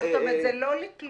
זאת אומרת, זה לא לתלונות.